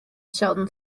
sheldon